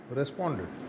responded